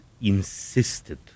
insisted